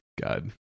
God